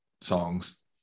songs